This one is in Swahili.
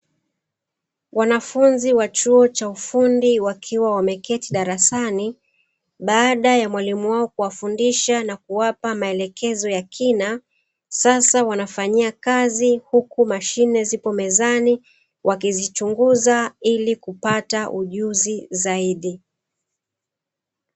Wanafunzi wa chuo cha ufundi wakiwa wameketi darasani baada ya mwalimu wao kuwafundisha na kuwapa maelekezo ya kina, sasa wanafanyia kazi huku mashine zipo mezani wakizichunguza ili kupata ujuzi zaidi.